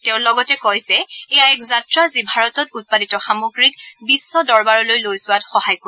তেওঁ লগতে কয় যে এয়া এক যাত্ৰা যি ভাৰতত উৎপাদিত সামগ্ৰীক বিশ্ব দৰবাৰলৈ লৈ যোৱাত সহায় কৰিব